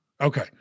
Okay